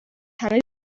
همه